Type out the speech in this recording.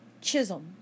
Chisholm